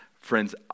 friends